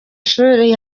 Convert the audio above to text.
shuri